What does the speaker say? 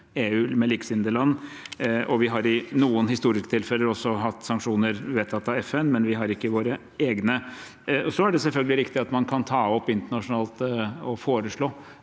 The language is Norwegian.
EU, med likesinnede land, og vi har i noen historiske tilfeller også hatt sanksjoner vedtatt av FN. Men vi har ikke våre egne. Det er selvfølgelig riktig at man internasjonalt kan